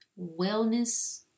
Wellness